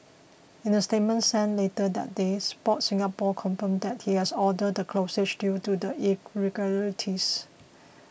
in a statement sent later that day Sport Singapore confirmed that it has ordered the closure due to the irregularities